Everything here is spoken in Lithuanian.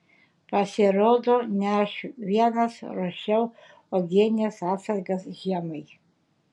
pasirodo ne aš vienas ruošiau uogienės atsargas žiemai